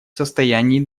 состоянии